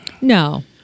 No